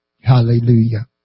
Hallelujah